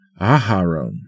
Aharon